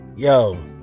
Yo